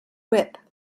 whip